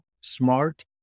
smart